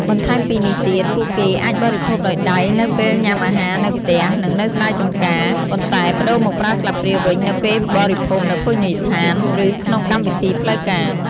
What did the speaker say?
បន្ថែមពីនេះទៀត ពួកគេអាចបរិភោគដោយដៃនៅពេលញ៉ាំអាហារនៅផ្ទះ និងនៅស្រែចម្ការ ប៉ុន្តែប្តូរមកប្រើស្លាបព្រាវិញនៅពេលបរិភោគនៅភោជនីយដ្ឋាន ឬក្នុងកម្មវិធីផ្លូវការ។